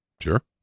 Sure